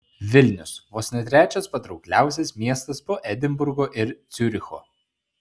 vilnius vos ne trečias patraukliausias miestas po edinburgo ir ciuricho